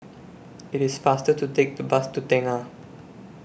IT IS faster to Take The Bus to Tengah